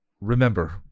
Remember